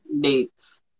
dates